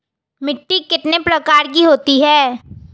मिट्टी कितने प्रकार की होती हैं?